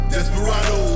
Desperado